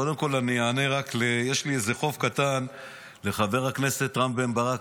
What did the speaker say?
קודם כול יש לי איזה חוב קטן לחבר הכנסת רם בן ברק.